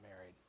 married